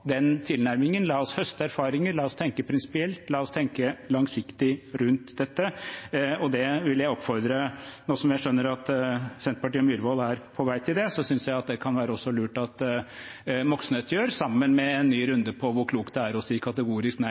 tilnærmingen: La oss høste erfaringer, la oss tenke prinsipielt, la oss tenke langsiktig rundt dette. Nå som jeg skjønner at Senterpartiet og representanten Myhrvold er på vei til det, vil jeg oppfordre til og si at jeg synes det kan være lurt at også representanten Moxnes gjør det – sammen med en ny runde på hvor klokt det er å si kategorisk nei